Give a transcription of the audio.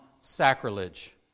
sacrilege